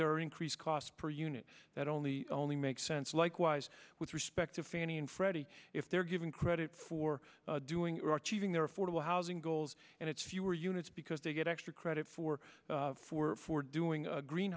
are increased cost per unit that only only makes sense likewise with respect to fannie and freddie if they're given credit for doing or cheating their affordable housing goals and it's fewer units because they get extra credit for for for doing a green